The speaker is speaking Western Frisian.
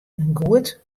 goed